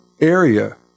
area